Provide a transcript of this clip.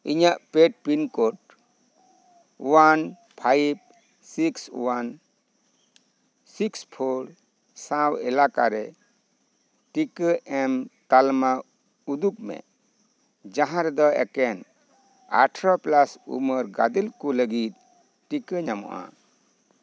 ᱤᱧᱟᱹᱜ ᱯᱮᱭᱰ pincode one five six one six four ᱥᱟᱶ ᱮᱞᱟᱠᱟᱨᱮ ᱴᱤᱠᱟᱹ ᱮᱢ ᱛᱟᱞᱢᱟ ᱩᱫᱩᱜᱽ ᱢᱮ ᱡᱟᱦᱟᱸ ᱨᱮᱫᱚ ᱮᱠᱮᱱ ᱟᱴᱷᱮᱨᱚ ᱯᱞᱟᱥ ᱩᱢᱮᱨ ᱜᱟᱫᱮᱞ ᱠᱚ ᱞᱟᱹᱜᱤᱫ ᱴᱤᱠᱟᱹ ᱧᱟᱢᱚᱜᱼᱟ